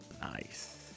Nice